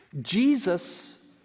Jesus